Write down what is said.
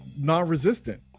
non-resistant